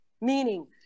meaning